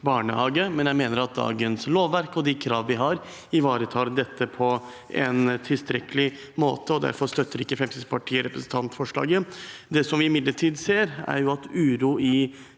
men jeg mener at dagens lovverk og de krav de har, ivaretar dette på en tilstrekkelig måte. Derfor støtter ikke Fremskrittspartiet representantforslaget. Det vi imidlertid ser, er uro i